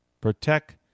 Protect